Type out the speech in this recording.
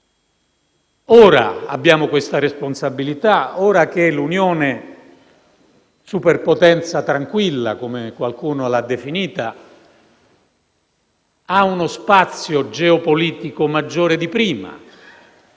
Ora abbiamo questa responsabilità, ora che l'Unione, superpotenza tranquilla (come qualcuno l'ha definita), ha uno spazio geopolitico maggiore di prima,